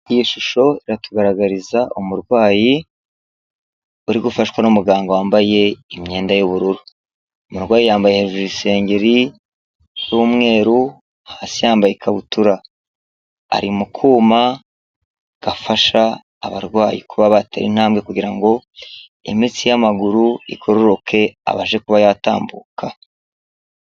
Iyi shusho iratugaragariza umurwayi uri gufashwa n'umuganga wambaye imyenda y'ubururu. Umurwayi yambaye hejuru isengeri y'umweru hasi yambaye ikabutura. Ari mu kuma gafasha abarwayi kuba batera intambwe kugira ngo imitsi y'amaguru igorororoke abashe kuba yatambuka.